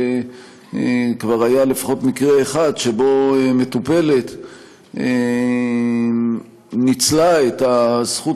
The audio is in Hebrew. כבר היה לפחות מקרה אחד שבו מטופלת ניצלה את הזכות